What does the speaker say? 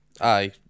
Aye